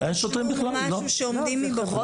אין שוטרים בתשלום או משהו שעומדים בחוץ?